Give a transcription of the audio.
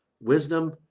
wisdom